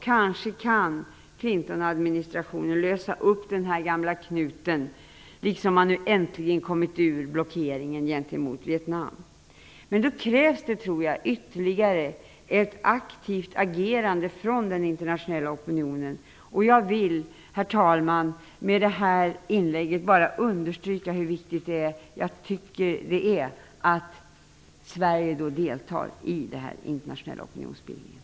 Kanske kan Clintonadministrationen lösa upp denna gamla knut liksom man nu äntligen kommit ur blockeringen gentemot Vietnam. Men då krävs det ytterligare ett aktivt agerande från den internationella opinionen. Herr talman! Jag vill med detta inlägg bara understryka hur viktigt det är att Sverige deltar i den internationella opinionsbildningen.